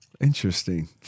Interesting